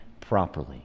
properly